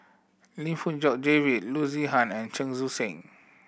Lim Fong Jock David Loo Zihan and Chen Sucheng